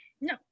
No